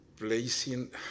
placing